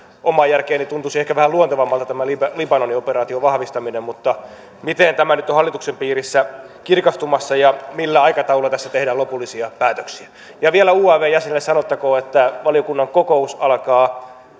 omaan järkeeni tuntuisi ehkä vähän luontevammalta tämä libanonin operaation vahvistaminen mutta miten tämä nyt on hallituksen piirissä kirkastumassa ja millä aikataululla tässä tehdään lopullisia päätöksiä vielä uavn jäsenille sanottakoon että valiokunnan kokous alkaa